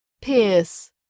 Pierce